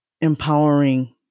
Empowering